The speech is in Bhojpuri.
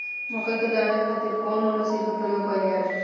मकई दावे खातीर कउन मसीन के प्रयोग कईल जाला?